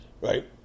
Right